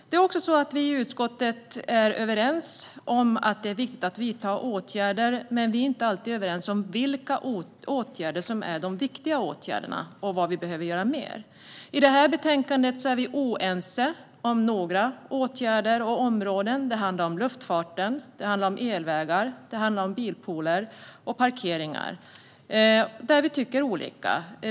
Vi i utskottet är överens om att det är viktigt att vidta åtgärder, men vi är inte alltid överens om vilka åtgärder som är viktiga och vad vi behöver göra mer. I detta betänkande är vi oense om några åtgärder och områden. Det handlar om luftfarten, elvägar, bilpooler och parkeringar, och där tycker vi olika.